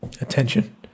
attention